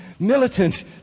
militant